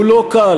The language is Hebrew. הוא לא קל,